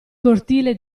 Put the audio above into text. cortile